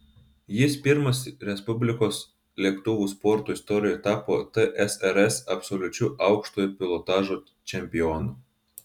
jis pirmas respublikos lėktuvų sporto istorijoje tapo tsrs absoliučiu aukštojo pilotažo čempionu